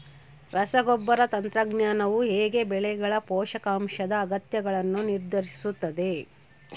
ರಸಗೊಬ್ಬರ ತಂತ್ರಜ್ಞಾನವು ಹೇಗೆ ಬೆಳೆಗಳ ಪೋಷಕಾಂಶದ ಅಗತ್ಯಗಳನ್ನು ನಿರ್ಧರಿಸುತ್ತದೆ?